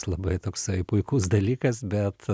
labai toksai puikus dalykas bet